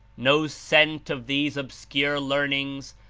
no scent of these obscure learnings,